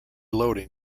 loading